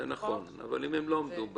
זה נכון, אבל אם הם לא עמדו בהן?